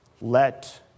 Let